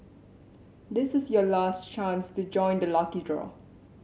this is your last chance to join the lucky draw